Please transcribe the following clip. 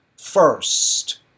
first